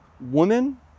woman